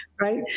right